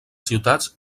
ciutats